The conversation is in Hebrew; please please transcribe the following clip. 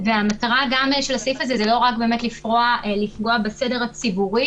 והמטרה גם של הסעיף זה לא רק לפגוע בסדר הציבורי,